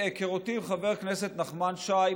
בהיכרותי עם חבר הכנסת נחמן שי,